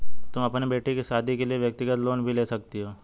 तुम अपनी बेटी की शादी के लिए व्यक्तिगत लोन भी ले सकती हो